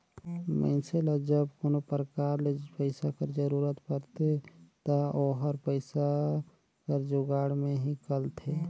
मइनसे ल जब कोनो परकार ले पइसा कर जरूरत परथे ता ओहर पइसा कर जुगाड़ में हिंकलथे